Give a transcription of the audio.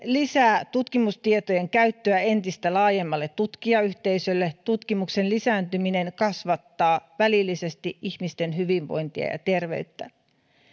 lisää tutkimustietojen käyttöä entistä laajemmalle tutkijayhteisölle tutkimuksen lisääntyminen kasvattaa välillisesti ihmisten hyvinvointia ja terveyttä